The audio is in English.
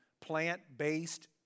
plant-based